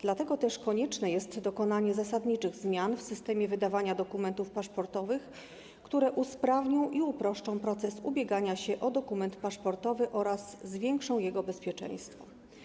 Dlatego też konieczne jest dokonanie zasadniczych zmian w systemie wydawania dokumentów paszportowych, które usprawnią i uproszczą proces ubiegania się o dokument paszportowy oraz zwiększą jego bezpieczeństwo.